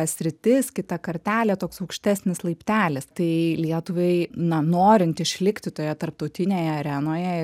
sritis kita kartelė toks aukštesnis laiptelis tai lietuvai na norint išlikti toje tarptautinėje arenoje